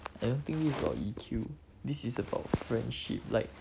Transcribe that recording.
I don't think this is about E_Q this is about friendship like